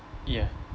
ya